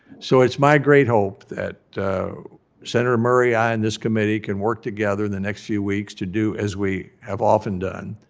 so, it's my great hope that senator murray, i, and this committee can work together in the next few weeks to do as we have often done.